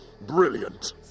Brilliant